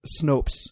Snopes